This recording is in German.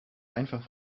einfach